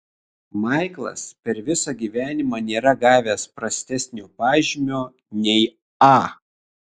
maiklas per visą gyvenimą nėra gavęs prastesnio pažymio nei a